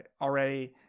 already